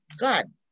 God